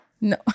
No